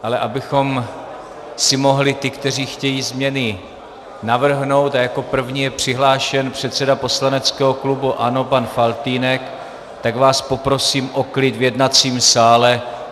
Ale abychom si mohli ty, kteří chtějí změny navrhnout, a jako první je přihlášen předseda poslaneckého klubu ANO pan Faltýnek, tak vás poprosím o klid v jednacím sále.